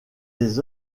les